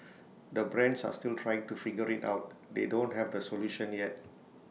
the brands are still trying to figure IT out they don't have the solution yet